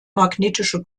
magnetische